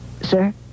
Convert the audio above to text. sir